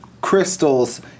crystals